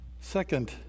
Second